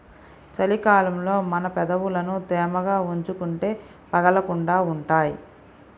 చలి కాలంలో మన పెదవులని తేమగా ఉంచుకుంటే పగలకుండా ఉంటాయ్